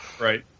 Right